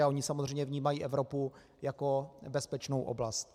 Oni samozřejmě vnímají Evropu jako bezpečnou oblast.